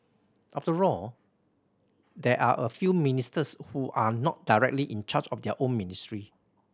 after all there are a few ministers who are not directly in charge of their own ministry